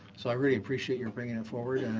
so i really appreciate your bringing it forward.